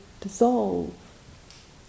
dissolve